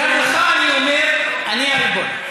גם לך אני אומר: אני הריבון.